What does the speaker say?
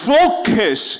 Focus